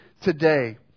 today